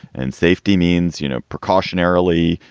and safety means, you know, precautionary airily,